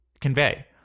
convey